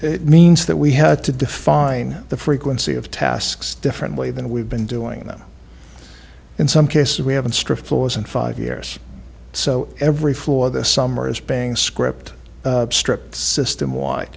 it means that we had to define the frequency of tasks differently than we've been doing them in some cases we haven't strict laws in five years so every floor this summer is paying script stripped system